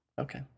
Okay